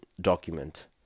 document